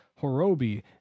Horobi